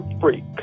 freak